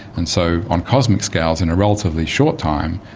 and so on cosmic scales in a relatively short time,